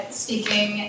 speaking